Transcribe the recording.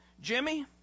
Jimmy